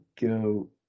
go